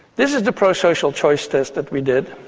this is the pro-social choice test that we did.